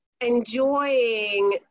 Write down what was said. enjoying